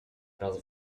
raz